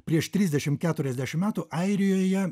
prieš trisdešim keturiasdešim metų airijoje